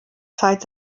zeit